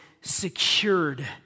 secured